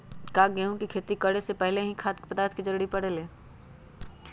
का गेहूं के खेती करे से पहले भी खाद्य पदार्थ के जरूरी परे ले?